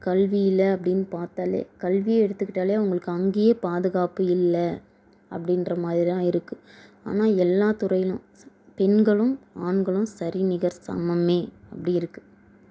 கல்வியில் அப்படின்னு பார்த்தாலே கல்வியை எடுத்துக்கிட்டாலே அவங்களுக்கு அங்கேயே பாதுகாப்பு இல்லை அப்படின்ற மாதிரி தான் இருக்குது ஆனால் எல்லா துறையிலும் பெண்களும் ஆண்களும் சரி நிகர் சமமே அப்படி இருக்குது